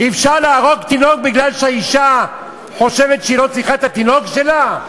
אפשר להרוג תינוק מפני שהאישה חושבת שהיא לא צריכה את התינוק שלה?